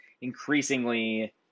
increasingly